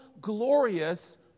glorious